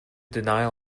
denial